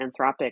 anthropic